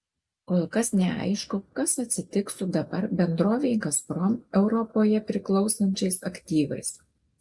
kol kas neaišku kas atsitiks su dabar bendrovei gazprom europoje priklausančiais aktyvais